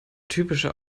typische